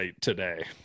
today